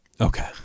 Okay